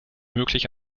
möglich